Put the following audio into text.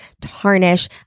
tarnish